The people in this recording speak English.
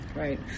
Right